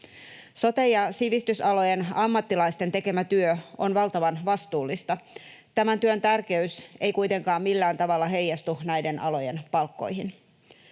Sote- ja sivistysalojen ammattilaisten tekemä työ on valtavan vastuullista. Tämän työn tärkeys ei kuitenkaan millään tavalla heijastu näiden alojen palkkoihin.